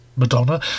madonna